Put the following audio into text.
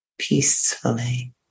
Peacefully